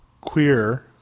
queer